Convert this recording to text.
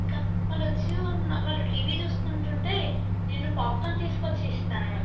ఇంకా వాళ్ళు వచ్చి ఉన్న వాళ్ళు టీవీ చూస్తూ ఉంటుంటే నేను పాప్కార్న్ తీసుకొచ్చి ఇస్తాను